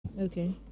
okay